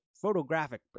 photographic